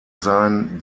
sein